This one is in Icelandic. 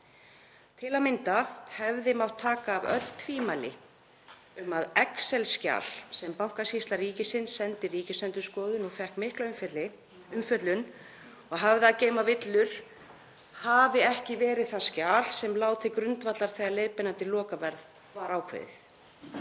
Til að mynda hefði mátt taka af öll tvímæli um að excel-skjal sem Bankasýsla ríkisins sendi Ríkisendurskoðun, sem fékk mikla umfjöllun, og hafði að geyma villur hafi ekki verið það skjal sem lá til grundvallar þegar leiðbeinandi lokaverð var ákveðið.